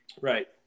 Right